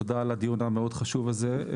תודה על הדיון החשוב מאוד הזה.